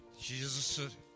Jesus